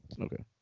Okay